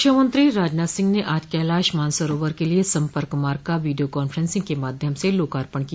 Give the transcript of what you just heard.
रक्षामंत्री राजनाथ सिंह ने आज कैलाश मानसरोवर के लिए सम्पर्क मार्ग का वीडियो कान्फ्रेंसिंग के माध्यम स लोकार्पण किया